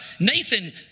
Nathan